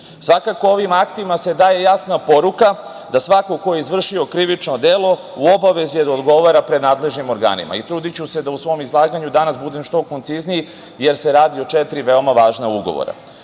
se ovim aktima daje jasna poruka da svako ko je izvršio krivično delo u obavezi je da odgovara pred nadležnim organima. Trudiću se da u svom izlaganju danas budem što koncizniji, jer se radi o četiri vrlo važna ugovora. Kada